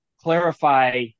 clarify